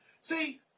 See